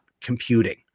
computing